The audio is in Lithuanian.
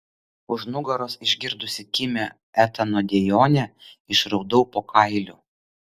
už nugaros išgirdusi kimią etano dejonę išraudau po kailiu